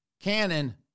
Canon